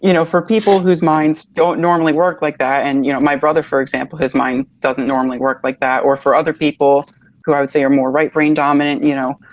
know for people whose minds don't normally work like that, and you know my brother for example, his mind doesn't normally work like that, or for other people who i was they are more right-brain dominant you know,